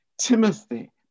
Timothy